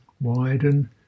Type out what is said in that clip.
Widen